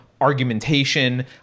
argumentation